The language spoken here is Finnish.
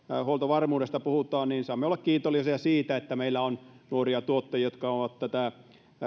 huoltovarmuudesta puhutaan saamme olla kiitollisia siitä että meillä on nuoria tuottajia jotka ovat tätä